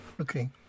Okay